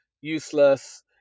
useless